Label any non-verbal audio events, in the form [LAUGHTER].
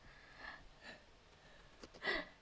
[BREATH]